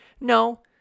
No